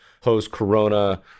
post-corona